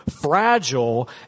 fragile